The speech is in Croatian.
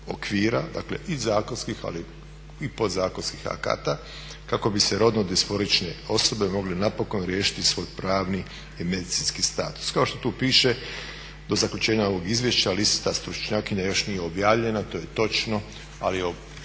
dakle i zakonskih ali i podzakonskih akata kako bi si rodno-disforične osobe mogle napokon riješiti svoj pravni i medicinski status. Kao što tu piše do zaključenja ovog izvješća lista stručnjakinja još nije objavljena, to je točno, ali je potpisano